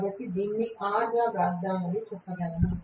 కాబట్టి దీనిని R గా వ్రాద్దాం అని చెప్పగలను